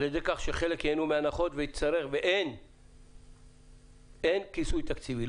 ידי כך שחלק ייהנו מהנחות ואין כיסוי תקציבי.